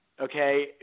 okay